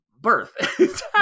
Birth